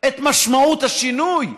את משמעות השינוי.